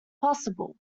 possible